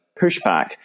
pushback